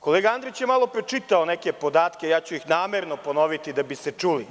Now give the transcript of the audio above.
Kolega Andrić je malo pre čitao neke podatke, a ja ću ih namerno ponoviti da bi se čuli.